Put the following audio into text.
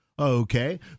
Okay